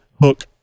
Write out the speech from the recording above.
hook